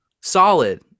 Solid